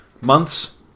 months